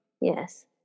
Yes